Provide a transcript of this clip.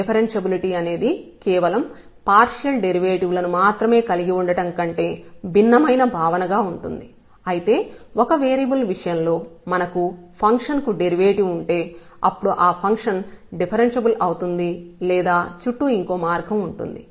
differentiability అనేది కేవలం partial derivative లను మాత్రమే కలిగి ఉండడం కంటే భిన్నమైన భావనగా ఉంటుంది అయితే ఒక వేరియబుల్ విషయంలో మనకు ఫంక్షన్ కు డెరివేటివ్ ఉంటే అప్పుడు ఫంక్షన్ డిఫరెన్ష్యబుల్ అవుతుంది లేదా చుట్టూ ఇంకొక మార్గం ఉంటుంది